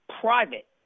private